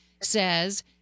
says